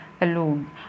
alone